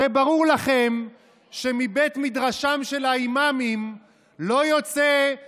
הרי ברור לכם שמבית מדרשם של האימאמים לא יוצאים שלום,